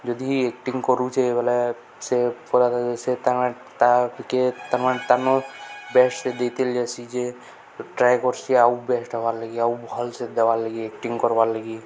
ଯଦି ଆକ୍ଟିଙ୍ଗ କରୁଛେ ବେଲେ ସେ ତ ତା' ଟିକେ ବେଷ୍ଟ ସେ ଦେଇତି ଯସି ଯେ ଟ୍ରାଏ କରସି ଆଉ ବେଷ୍ଟ ହେବାର୍ ଲାଗି ଆଉ ଭଲ୍ ସେ ଦେବାର୍ ଲାଗି ଆକ୍ଟିଙ୍ଗ କରବାର୍ ଲାଗି